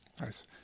Nice